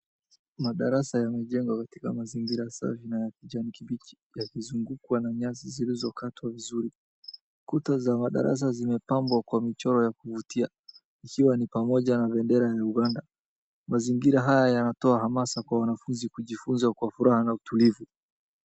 Madarasa yamejengwa katika mazingira safi na ya kijani kibichi, yakizungukwa na nyasi zilizokatwa vizuri. Kuta za darasa zimepambwa kwa michoro ya kuvutia, ikiwa ni pamoja na bendera ya Uganda. Mazingira haya yanatoa hamasa kwa wanafunzi kujifunza kwa furaha na utulivu.